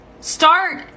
start